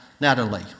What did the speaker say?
Natalie